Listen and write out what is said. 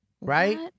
Right